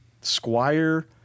Squire